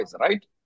right